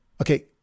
Okay